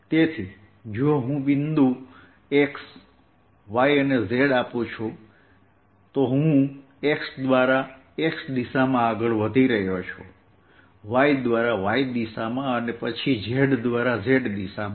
તેથી જો હું બિંદુ x y અને z આપું છું તો હું x દ્વારા x દિશામાં આગળ વધી રહ્યો છું y દ્વારા y દિશામાં અને પછી z દ્વારા z દિશામાં